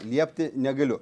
liepti negaliu